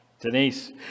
Denise